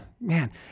man